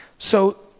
so,